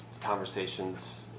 conversations